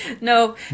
No